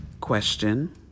question